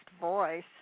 voice